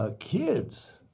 ah kids,